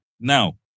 now